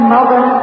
Mother